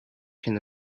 can